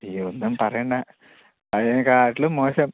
അയ്യോ ഒന്നും പറയണ്ട അതിനേക്കാട്ടിലും മോശം